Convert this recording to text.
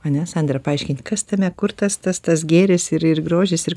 ane sandra paaiškinkit kas tame kur tas tas tas gėris ir ir grožis ir